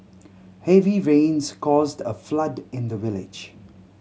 heavy rains caused a flood in the village